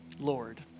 Lord